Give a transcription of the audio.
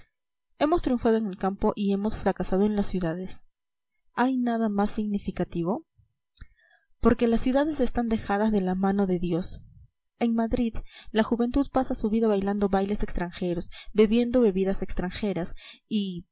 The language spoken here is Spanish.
hemos triunfado en el campo y hemos fracasado en las ciudades hay nada más significativo porque las ciudades están dejadas de la mano de dios en madrid la juventud pasa su vida bailando bailes extranjeros bebiendo bebidas extranjeras